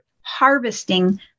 harvesting